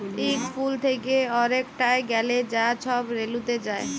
ইক ফুল থ্যাকে আরেকটয় গ্যালে যা ছব রেলুতে যায়